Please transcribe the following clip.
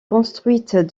construite